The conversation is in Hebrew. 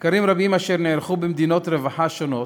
מחקרים רבים, אשר נערכו במדינות רווחה שונות,